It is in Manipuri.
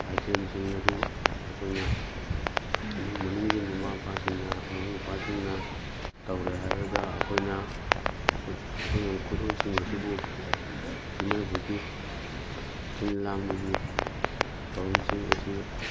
ꯑꯥꯏꯇꯦꯝꯁꯤꯡ ꯑꯗꯨ ꯑꯩꯈꯣꯏꯅ ꯏꯃꯨꯡ ꯃꯅꯨꯡꯒꯤ ꯃꯃꯥ ꯃꯄꯥꯁꯤꯡꯅ ꯃꯕꯨꯡ ꯃꯧꯄ꯭ꯋꯥꯁꯤꯡꯅ ꯇꯧꯔꯦ ꯍꯥꯏꯔꯒ ꯑꯩꯈꯣꯏꯅ ꯑꯩꯈꯣꯏꯅ ꯈꯨꯗꯣꯟꯁꯤꯡ ꯑꯁꯤꯕꯨ ꯄꯤꯅꯕꯒꯤ ꯁꯤꯟ ꯂꯥꯡꯕꯒꯤ ꯊꯧꯔꯝꯁꯤꯡ ꯑꯁꯤ